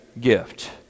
gift